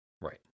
Right